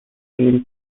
seals